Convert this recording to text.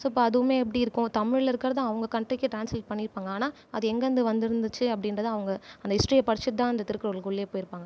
so இப்போ அதுவுமே எப்படி இருக்கும் தமிழில் இருக்கிறது அவங்க கண்ட்ரிக்கு ட்ரான்ஸ்லேட் பண்ணியிருப்பாங்க ஆனால் அது எங்கேருந்து வந்துருந்துச்சு அப்படின்றத அவங்க அந்த ஹிஸ்ட்ரியை படிச்சுட்டு தான் அந்த திருக்குறளுக்கு உள்ளேயே போயிருப்பாங்கள்